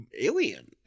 alien